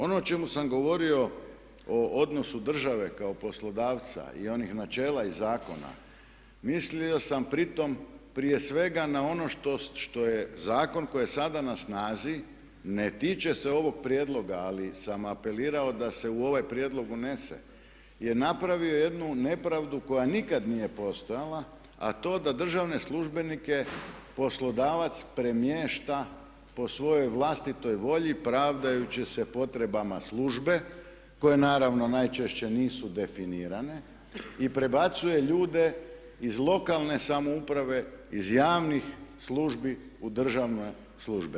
Ono o čemu sam govorio o odnosu države kao poslodavca i onih načela iz zakona mislio sam pri tom prije svega na ono što je zakon koji je sada na snazi ne tiče se ovog prijedloga, ali sam apelirao da se u ovaj prijedlog unese je napravio jednu nepravdu koja nikad nije postojala a to da državne službenike poslodavac premješta po svojoj vlastitoj volji pravdajući se potrebama službe koje naravno najčešće nisu definirane i prebacuje ljude iz lokalne samouprave, iz javnih službi u državne službe.